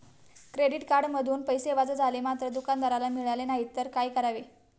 Credit कार्डमधून पैसे वजा झाले मात्र दुकानदाराला मिळाले नाहीत तर काय करावे?